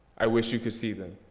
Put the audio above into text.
i wish you could see them.